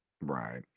Right